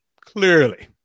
Clearly